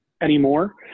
anymore